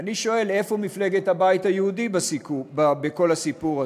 ואני שואל: איפה מפלגת הבית היהודי בכל הסיפור הזה?